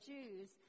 Jews